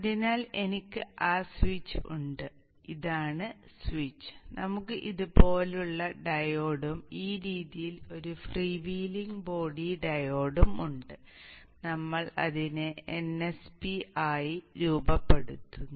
അതിനാൽ എനിക്ക് ആ സ്വിച്ച് ഉണ്ട് ഇതാണ് സ്വിച്ച് നമുക്ക് ഇതുപോലുള്ള ഡയോഡും ഈ രീതിയിൽ ഒരു ഫ്രീ വീലിംഗ് ബോഡി ഡയോഡും ഉണ്ട് നമ്മൾ അതിനെ nsp ആയി രൂപപ്പെടുത്തുന്നു